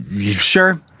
sure